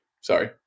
sorry